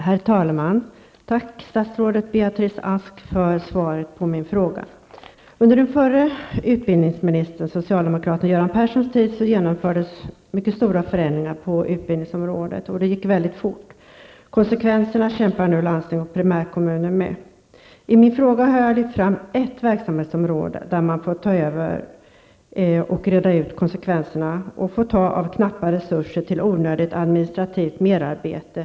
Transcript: Herr talman! Tack, statsrådet Beatrice Ask, för svaret på min fråga. Under den förra utbildningsministerns, socialdemokraten Göran Perssons, tid genomfördes mycket stora förändringar på utbildningsområdet, och det gick väldigt fort. Konsekvenserna kämpar landsting och primärkommuner nu med. I min fråga har jag lyft fram ett verksamhetsområde där man får ta över och reda ut konsekvenserna. Man får då ta av knappa resurser till onödigt administrativt merarbete.